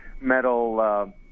metal